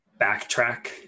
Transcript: Backtrack